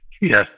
Yes